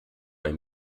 ein